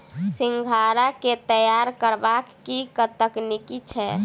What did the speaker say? सिंघाड़ा केँ तैयार करबाक की तकनीक छैक?